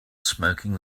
smoking